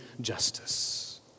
justice